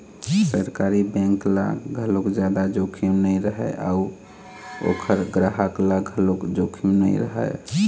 सरकारी बेंक ल घलोक जादा जोखिम नइ रहय अउ ओखर गराहक ल घलोक जोखिम नइ रहय